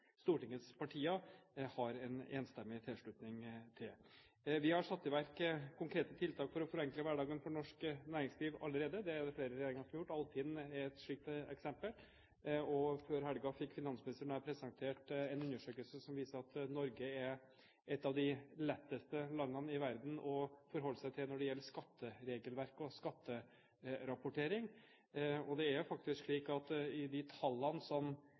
Stortingets partier har en enstemmig tilslutning til. Vi har satt i verk konkrete tiltak for å forenkle hverdagen for norsk næringsliv allerede – det er det flere regjeringer som har gjort. Altinn er et slikt eksempel. Før helgen fikk finansministeren og jeg presentert en undersøkelse som viser at Norge er et av de letteste landene i verden å forholde seg til når det gjelder skatteregelverk og skatterapportering. Det er faktisk slik at de tallene som